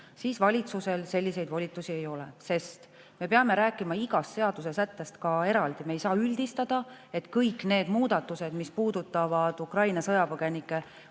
siis valitsusel selliseid volitusi ei ole, me peame rääkima igast seadusesättest ka eraldi.Me ei saa üldistada, et kõik need muudatused, mis puudutavad Ukraina sõjapõgenikke,